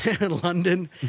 London